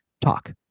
Talk